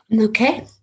Okay